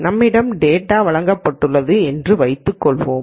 நம்மிடம் டேட்டா வழங்கப்பட்டுள்ளது என்று வைத்துக் கொள்வோம்